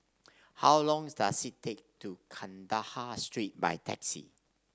how long does it take to Kandahar Street by taxi